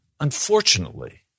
Unfortunately